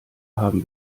haben